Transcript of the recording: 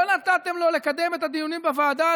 לא נתתם לו לקדם את הדיונים בוועדה,